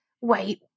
wait